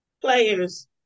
players